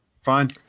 fine